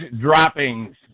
droppings